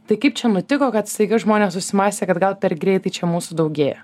tai kaip čia nutiko kad staiga žmonės susimąstė kad gal per greitai čia mūsų daugėja